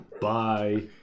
Bye